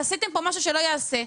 עשיתם פה משהו שלא ייעשה.